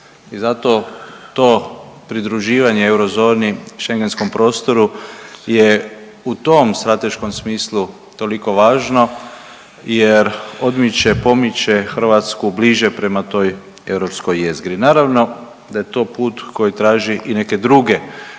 I zato to pridruživanje eurozoni, Schengenskom prostoru je u tom strateškom smislu toliko važno jer odmiče, pomiče Hrvatsku bliže prema toj europskoj jezgri. Naravno da je to put koji traži i neke druge